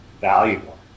valuable